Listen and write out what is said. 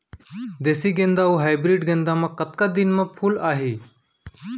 देसी गेंदा अऊ हाइब्रिड गेंदा म कतका दिन म फूल आही?